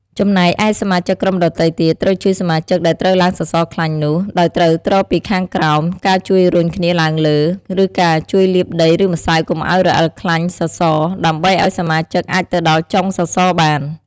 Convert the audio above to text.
ចំណែកឯសមាជិកក្រុមដទៃទៀត ត្រូវជួយសមាជិកដែលត្រូវឡើងសសរខ្លាញ់នោះ ដោយត្រូវទ្រពីខាងក្រោម ការជួយរុញគ្នាឡើងលើ ឬការជួយលាបដីឬម្រៅកុំអោយរអិលខ្លាញ់សសរ ដើម្បីឱ្យសមាជិកអាចទៅដល់ចុងសសរបាន។